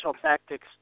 tactics